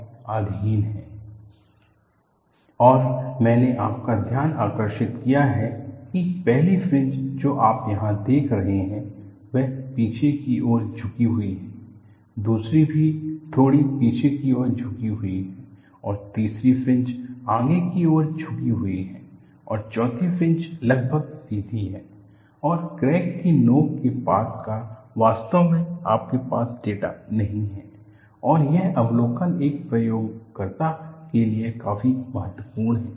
geometric features of photoelastic fringes observed near the crack tip और मैंने आपका ध्यान आकर्षित किया है कि पहली फ्रिंज जो आप यहां देख रहे हैं वह पीछे कि ओर झुकी हुई है दूसरी भी थोड़ी पीछे की ओर झुकी हुई है और तीसरी फ्रिंज आगे की ओर झुकी हुई है और चौथी फ्रिंज लगभग सीधी है और क्रैक की नोक के पास का वास्तव में आपके पास डेटा नहीं है और यह अवलोकन एक प्रयोगकर्ता के लिए काफी महत्वपूर्ण है